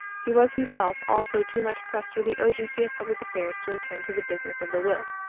he was himself also too much pressed with the urgency of public affairs to attend to the business of the will.